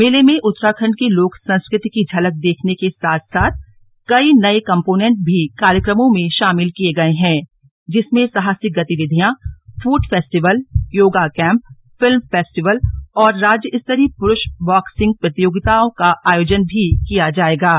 मेले में उत्तराखण्ड की लोक संस्कृति की झलक देखने के साथ साथ कई नये कॉम्पोनेंट भी कार्यक्रमों में शामिल किये गये हैं जिसमें साहसिक गतिविधियां food festival yoga camp film festival और राज्य स्तरीय पुरूष बाक्सिंग प्रतियोगिता का भी आयोजन किया जा रहा है